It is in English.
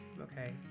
Okay